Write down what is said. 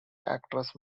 actress